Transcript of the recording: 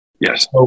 Yes